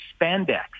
spandex